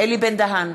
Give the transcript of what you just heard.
אלי בן-דהן,